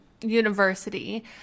university